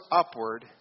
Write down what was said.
upward